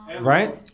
right